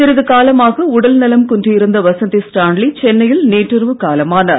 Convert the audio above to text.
சிறிது காலமாக உடல்நலம் குன்றியிருந்த வசந்தி ஸ்டான்லி சென்னையில் நேற்றிரவு காலமானார்